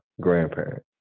grandparent